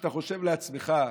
כשאתה חושב לעצמך,